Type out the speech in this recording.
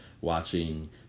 watching